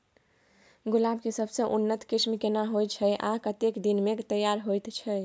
गुलाब के सबसे उन्नत किस्म केना होयत छै आ कतेक दिन में तैयार होयत छै?